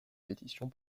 pétitions